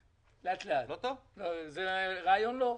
זה רעיון לא רע.